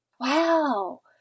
Wow